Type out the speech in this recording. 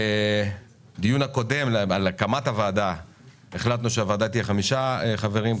בדיון הקודם על הקמה הוועדה החלטנו שהוועדה תמנה חמישה חברים.